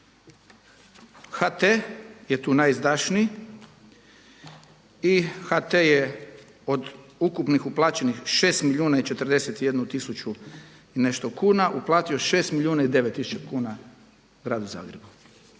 HT je tu najizdašniji i HT je od ukupnih uplaćenih 6 milijuna i 41 tisuću i nešto kuna uplatio 6 milijuna i 9 tisuća kuna gradu Zagrebu.